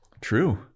True